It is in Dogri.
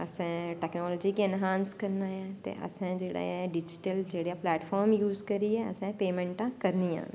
असैं टैकनॉलजी गी इन्हांस करना ऐ ते असैं जेह्ड़ा डिज़टल प्लैटपार्म यूज करियै असैं पेमैंटां करनियां न